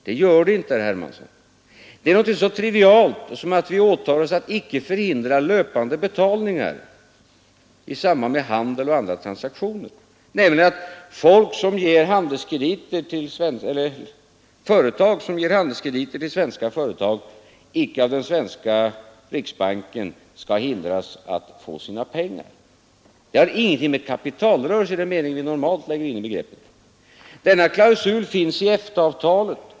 Det gör den inte, herr Hermansson, den innebär något så trivialt som att vi åtar oss att inte förhindra löpande betalningar i samband med handel och andra transaktioner, nämligen att företag som ger handelskrediter till svenska företag icke av den svenska riksbanken skall hindras att få sina pengar. Det har ingenting med kapitalrörelser att göra i den mening vi normalt lägger in i det begreppet. Denna klausul finns också i EFTA-avtalet.